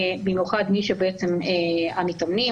במיוחד המתאמנים,